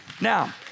now